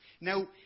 Now